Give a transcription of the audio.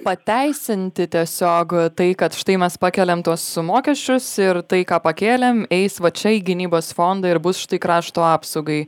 pateisinti tiesiog tai kad štai mes pakeliam tuos mokesčius ir tai ką pakėlėm eis va čia į gynybos fondą ir bus štai krašto apsaugai